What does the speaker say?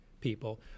people